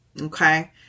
okay